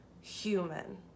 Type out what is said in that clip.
human